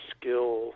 skill